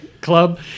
club